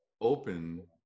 open